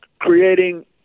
creating